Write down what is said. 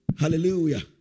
hallelujah